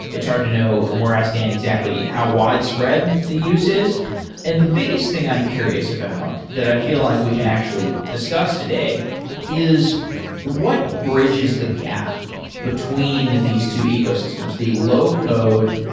it's hard to know um where i stand exactly how widespread the use is. and the biggest thing i'm curious about that i feel like we can actually discuss today is what bridges the gap between these two ecosystems, the low code,